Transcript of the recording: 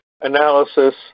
analysis